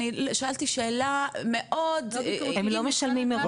שאלתי שאלה מאוד -- הם לא משלמים מראש.